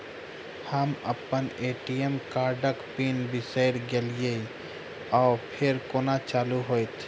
हम अप्पन ए.टी.एम कार्डक पिन बिसैर गेलियै ओ फेर कोना चालु होइत?